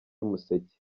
umuseke